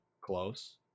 Close